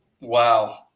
Wow